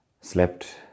slept